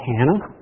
Hannah